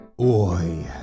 Boy